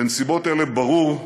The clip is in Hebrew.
בנסיבות אלה, ברור,